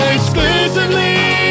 Exclusively